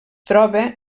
troba